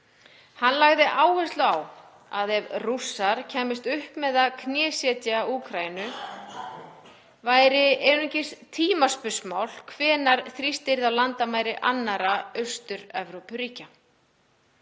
Hann lagði áherslu á að ef Rússar kæmust upp með að knésetja Úkraínu væri einungis tímaspursmál hvenær þrýst yrði á landamæri annarra Austur-Evrópuríkja.